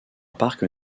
parc